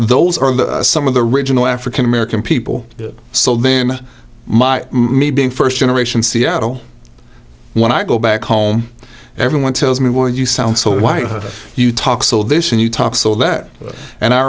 those are some of the original african american people so then my me being first generation seattle when i go back home everyone tells me would you sound so why you talk so this and you talk so that and i